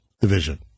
division